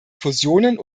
fusionen